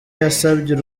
yasabye